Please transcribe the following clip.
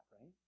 right